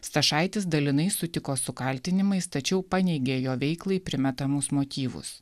stašaitis dalinai sutiko su kaltinimais tačiau paneigė jo veiklai primetamus motyvus